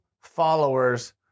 followers